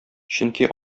чөнки